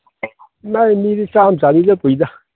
ꯃꯤꯗꯤ ꯆꯥꯝ ꯆꯥꯅꯤꯒ ꯄꯨꯏꯗ